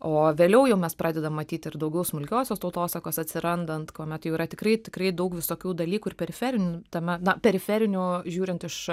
o vėliau jau mes pradedam matyt ir daugiau smulkiosios tautosakos atsirandant kuomet jau yra tikrai tikrai daug visokių dalykų ir periferinių tame na periferinių žiūrint iš